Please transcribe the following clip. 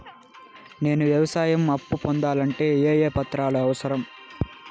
నేను వ్యవసాయం అప్పు పొందాలంటే ఏ ఏ పత్రాలు అవసరం?